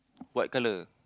what colour